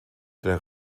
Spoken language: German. der